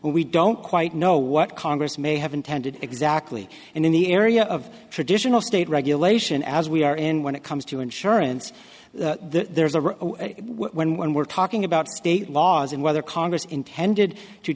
we don't quite know what congress may have intended exactly and in the area of traditional state regulation as we are in when it comes to insurance there's a when when we're talking about state laws and whether congress intended to